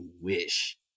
wish